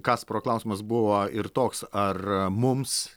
kasparo klausimas buvo ir toks ar mums